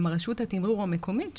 כלומר רשות התמרור המקומית,